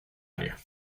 área